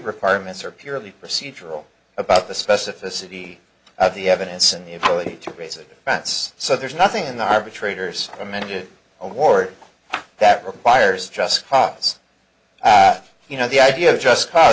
requirements are purely procedural about the specificity of the evidence and if only to raise it that's so there's nothing in the arbitrators amended award that requires just cause that you know the idea of just cause